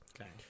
Okay